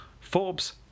Forbes